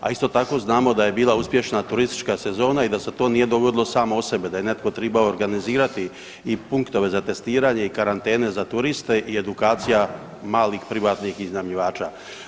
A isto tako znamo da je bila uspješna turistička sezona i da se to nije dogodilo samo od sebe, da je netko tribao organizirati i punktove za testiranje i karantene za turiste i edukacija malih privatnih iznajmljivača.